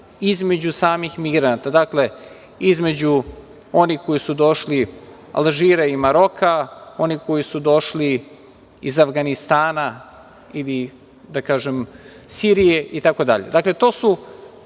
između samih migranata. Dakle, između onih koji su došli iz Alžira i Maroka, onih koji su došli iz Avganistana ili da kažem Sirije i tako dalje. Dakle, to su